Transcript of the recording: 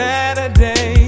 Saturday